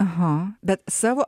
aha bet savo